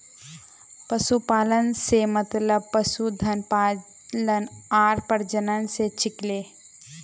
पशुपालन स मतलब पशुधन पालन आर प्रजनन स छिके